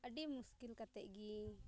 ᱟᱹᱰᱤ ᱢᱩᱥᱠᱤᱞ ᱠᱟᱛᱮ ᱜᱮ